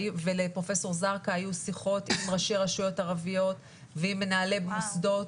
ולפרופ' זרקא היו שיחות עם ראשי רשויות ערביות ועם מנהלי מוסדות,